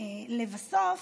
לבסוף,